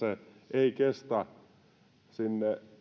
pidentäminen ei kestä sinne